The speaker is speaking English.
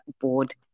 board